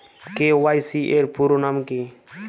KYC এর পুরোনাম কী?